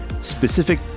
specific